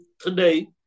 Today